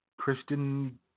Christian